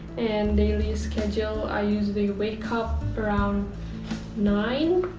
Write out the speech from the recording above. and daily schedule, i usually wake up around nine